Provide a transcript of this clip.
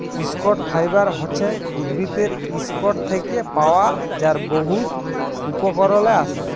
stock fibre হছে উদ্ভিদের ইসটক থ্যাকে পাওয়া যার বহুত উপকরলে আসে